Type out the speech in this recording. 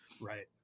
right